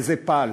וזה פעל.